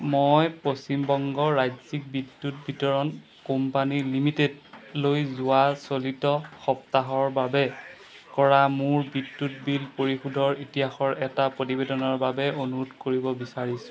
মই পশ্চিম বংগ ৰাজ্যিক বিদ্যুৎ বিতৰণ কোম্পানী লিমিটেডলৈ যোৱা চলিত সপ্তাহৰ বাবে কৰা মোৰ বিদ্যুৎ বিল পৰিশোধৰ ইতিহাসৰ এটা প্ৰতিবেদনৰ বাবে অনুৰোধ কৰিব বিচাৰিছোঁ